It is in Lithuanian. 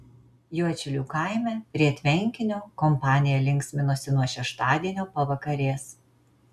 juodšilių kaime prie tvenkinio kompanija linksminosi nuo šeštadienio pavakarės